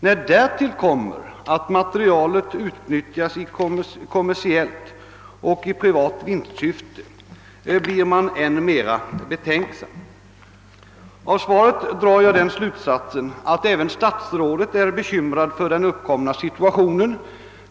När därtill kommer att materialet utnyttjas kommersiellt, i privat vinstsyfte, blir man än mer betänksam. Vidare drar jag av svaret slutsatsen att även statsrådet är bekymrad över den uppkomna situationen.